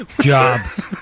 Jobs